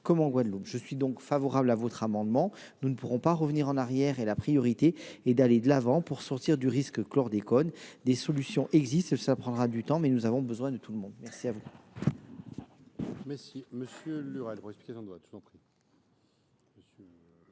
Je suis donc favorable à cet amendement. Nous ne pourrons pas revenir en arrière, la priorité est d’aller de l’avant pour sortir du risque lié au chlordécone. Des solutions existent, cela prendra du temps, mais nous avons besoin de tout le monde. La parole